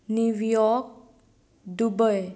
नीव यॉक दुबय